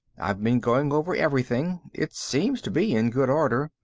i've been going over everything. it seems to be in good order.